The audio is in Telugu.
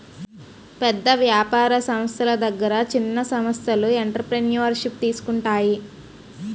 పెద్ద వ్యాపార సంస్థల దగ్గర చిన్న సంస్థలు ఎంటర్ప్రెన్యూర్షిప్ తీసుకుంటాయి